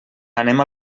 anem